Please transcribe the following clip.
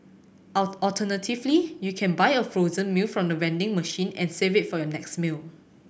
all alternatively you can buy a frozen meal from the vending machine and save it for your next meal